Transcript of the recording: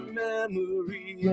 memory